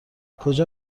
کجا